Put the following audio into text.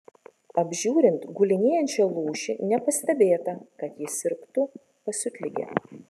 apžiūrint gulinėjančią lūšį nepastebėta kad ji sirgtų pasiutlige